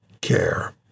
care